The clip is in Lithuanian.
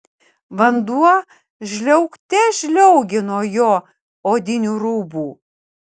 vanduo žliaugte žliaugė nuo jo odinių rūbų